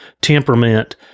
temperament